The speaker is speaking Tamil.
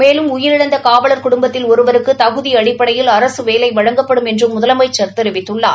மேலும் உயிரிழந்த காவலர் குடும்பத்தில் ஒருவருக்கு தகுதி அடிப்படையில் அரசு வேலை வழங்கப்படும் என்றும் முதலமைச்சர் தெரிவித்துள்ளார்